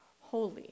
holy